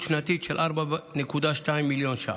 בעלות שנתית של 4.2 מיליון ש"ח.